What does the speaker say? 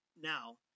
now